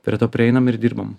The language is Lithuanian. prie to prieinam ir dirbam